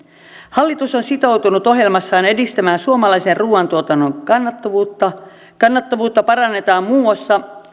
hallitus on sitoutunut ohjelmassaan edistämään suomalaisen ruuantuotannon kannattavuutta kannattavuutta parannetaan muun muassa